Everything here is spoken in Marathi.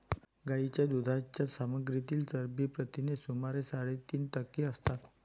गायीच्या दुधाच्या सामग्रीतील चरबी प्रथिने सुमारे साडेतीन टक्के असतात